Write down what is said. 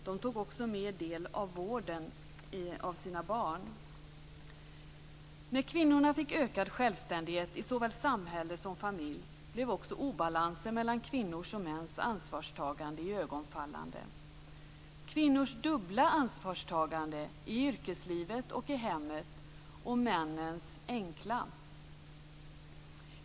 De tog också mer del i vården av sina barn. När kvinnorna fick ökad självständighet i såväl samhälle som familj blev också obalansen mellan kvinnors och mäns ansvarstagande iögonenfallande - kvinnornas dubbla ansvarstagande i yrkeslivet och i hemmet och männens enkla.